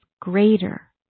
greater